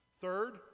Third